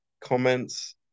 comments